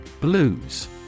Blues